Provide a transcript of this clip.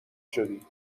شدی